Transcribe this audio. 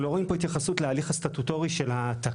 אנחנו לא רואים פה התייחסות להליך הסטטוטורי של ההעתקה.